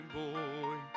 boy